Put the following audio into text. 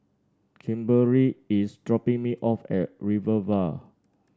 Kimberely is dropping me off at Rivervale